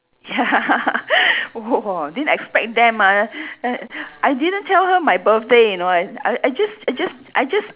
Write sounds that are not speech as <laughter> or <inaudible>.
<laughs> !wah! didn't expect them are ah err I didn't tell her my birthday you know I I just I just I just